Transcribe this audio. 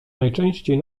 najczęściej